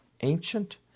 ancient